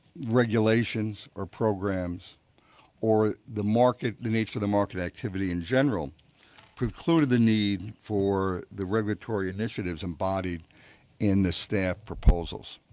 regulations or programs or the market the need for the market activity in general preclude the need for the regulatory initiatives embodied in the staff proposals.